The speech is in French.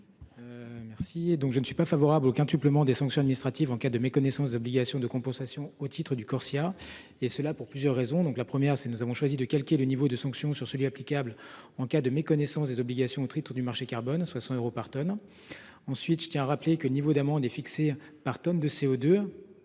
? Je ne suis pas favorable au quintuplement des sanctions administratives en cas de méconnaissance des obligations de compensation au titre du régime Corsia, et cela pour plusieurs raisons. Tout d’abord, nous avons choisi de calquer le niveau de sanctions sur celui qui est applicable en cas de méconnaissance des obligations au titre du marché carbone, soit 100 euros par tonne. Ensuite, je le rappelle, le niveau d’amende est fixé par tonne de CO2